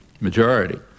majority